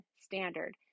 standard